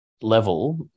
level